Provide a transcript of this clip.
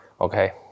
okay